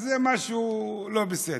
אז זה משהו לא בסדר.